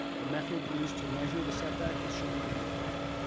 the method used to measure the setback is shown on the overhead.